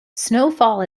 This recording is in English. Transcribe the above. snowfall